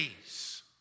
days